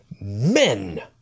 men